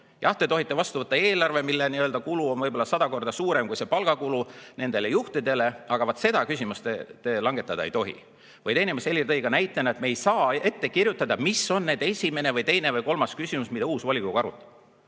Jah, te tohite vastu võtta eelarve, mille kulu on võib‑olla sada korda suurem kui palgakulu nendele juhtidele, aga vaat seda küsimust te langetada ei tohi. Või teine, mille Helir tõi ka näitena: me ei saa ette kirjutada, mis on esimene või teine või kolmas küsimus, mida uus volikogu hakkab